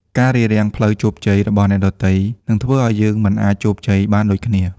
ការរារាំងផ្លូវជោគជ័យរបស់អ្នកដទៃ នឹងធ្វើឱ្យយើងមិនអាចជោគជ័យបានដូចគ្នា។